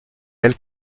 elle